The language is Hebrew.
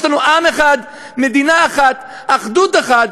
יש לנו עם אחד, מדינה אחת, אחדות אחת.